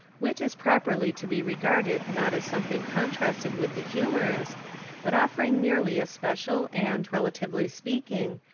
wit is properly to be regarded not as something contrasted with the humorous but offering merely a special and, relatively speak ing,